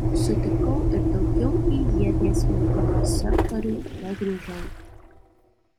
sutikau ir daugiau į ieties metimo sektorių negrįžau